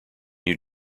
new